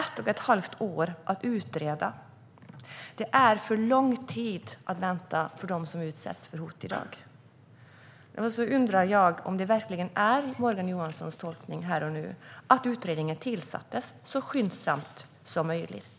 Ett och ett halvt år för att utreda är för lång tid att vänta för dem som utsätts för hot i dag. Jag undrar: Är det verkligen Morgan Johanssons tolkning här och nu att utredningen tillsattes så skyndsamt som möjligt?